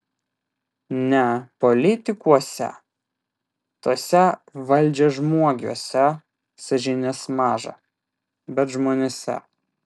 ne politikuose tuose valdžiažmogiuose sąžinės maža bet žmonėse